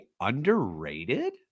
underrated